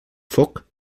foc